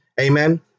Amen